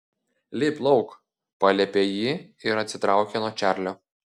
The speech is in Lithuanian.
lipk lauk paliepė ji ir atsitraukė nuo čarlio